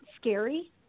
scary